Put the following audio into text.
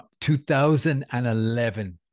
2011